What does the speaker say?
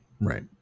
Right